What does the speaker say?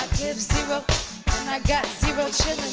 give zero and i got zero